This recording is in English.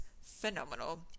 phenomenal